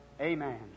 Amen